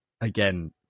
again